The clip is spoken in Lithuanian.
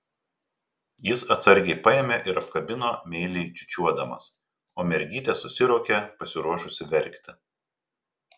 jis atsargiai paėmė ir apkabino meiliai čiūčiuodamas o mergytė susiraukė pasiruošusi verkti